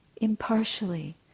impartially